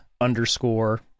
underscore